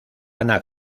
ana